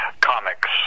comics